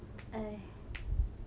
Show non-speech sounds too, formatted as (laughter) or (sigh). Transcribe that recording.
(noise)